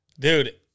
Dude